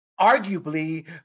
arguably